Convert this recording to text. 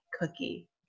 cookie